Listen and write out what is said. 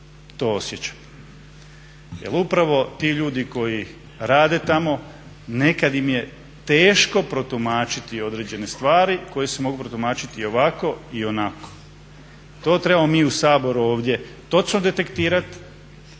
to osjećam jer upravo ti ljudi koji rade tamo nekad im je teško protumačiti određene stvari koje se mogu protumačiti ovako i onako. To trebamo mi u Saboru ovdje točno detektirat.